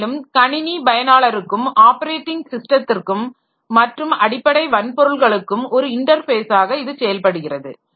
மேலும் கணினி பயனாளருக்கும் ஆப்பரேட்டிங் ஸிஸ்டத்திற்கும் மற்றும் அடிப்படை வன்பொருள்களுக்கும் ஒரு இன்டர்ஃபேஸாக இது செயல்படுகிறது